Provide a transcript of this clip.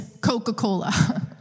Coca-Cola